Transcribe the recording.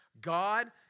God